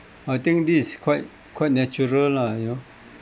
I think this is quite quite natural lah you know